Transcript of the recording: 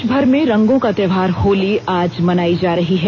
देश भर में रंगों का त्योहार होली आज मनाई जा रही है